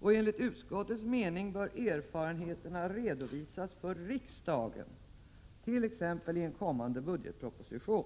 och enligt utskottets mening bör erfarenheterna redovisas för riksdagen, t.ex. i en kommande budgetproposition.